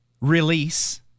release